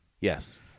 Yes